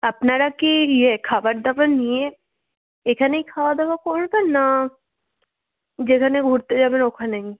আপনারা কি ইয়ে খাবার দাবার নিয়ে এখানেই খাওয়া দাওয়া করবেন না যেখানে ঘুরতে যাবেন ওখানেই